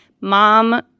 mom